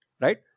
Right